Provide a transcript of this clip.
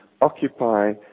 occupy